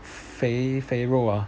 肥肥肉啊